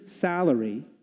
salary